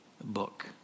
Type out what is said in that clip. book